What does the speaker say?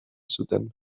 zuten